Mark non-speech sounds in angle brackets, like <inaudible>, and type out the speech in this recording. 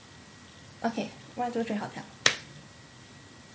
okay one two three hotel <noise>